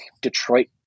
Detroit